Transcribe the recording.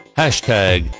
hashtag